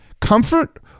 Comfort